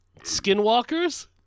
Skinwalkers